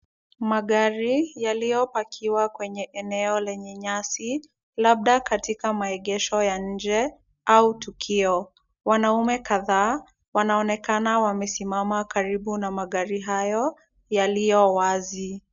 Magari yaliyopakiwa kwenye eneo lenye nyasi labda katika maegesho ya nje au tukio. Wanaume kadhaa, wanaonekana wamesimama karibu na magari hayo yaliyo wazi.